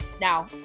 now